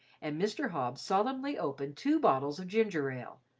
and mr. hobbs solemnly opened two bottles of ginger ale,